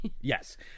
Yes